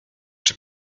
czy